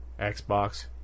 Xbox